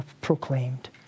proclaimed